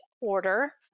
order